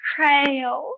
Crail